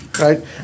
right